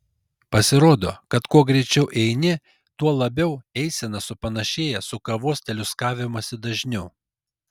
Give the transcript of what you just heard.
pasirodo kad kuo greičiau eini tuo labiau eisena supanašėja su kavos teliūskavimosi dažniu